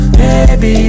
baby